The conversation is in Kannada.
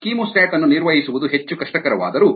ಕೀಮೋಸ್ಟಾಟ್ ಅನ್ನು ನಿರ್ವಹಿಸುವುದು ಹೆಚ್ಚು ಕಷ್ಟಕರವಾದರೂ